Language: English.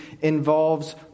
involves